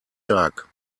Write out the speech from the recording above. tag